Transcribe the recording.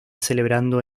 celebrando